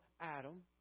Adam